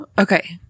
Okay